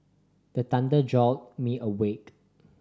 the thunder jolt me awake